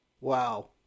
Wow